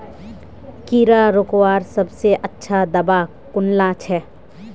कीड़ा रोकवार सबसे अच्छा दाबा कुनला छे?